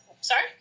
Sorry